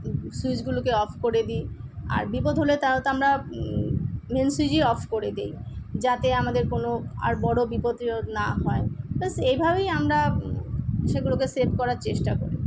সুইচগুলোকে off করে দিই আর বিপদ হলে তাও তো আমরা মেন সুইচই অফ করে দেই যাতে আমাদের কোনো আর বড়ো বিপদ টিপদ না হয় ব্যস এইভাবেই আমরা সেগুলোকে সেব করার চেষ্টা করি